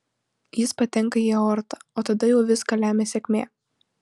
jis patenka į aortą o tada jau viską lemia sėkmė